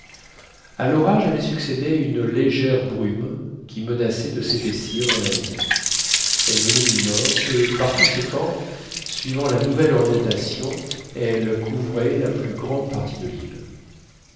à l'orage avait succédé une légère brume qui menaçait de s'épaissir dans la nuit elle venait du nord et par conséquent suivant la nouvelle orientation elle couvrait la plus grande partie de l'île